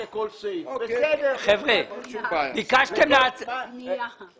בוא נדבר על התקציב של תנועות הנוער וכמה עבר השנה.